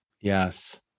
yes